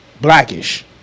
blackish